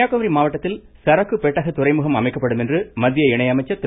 கன்னியாகுமரி மாவட்டத்தில் சரக்கு பெட்டக துறைமுகம் அமைக்கப்படும் என்று மத்திய இணை அமைச்சர் திரு